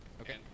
Okay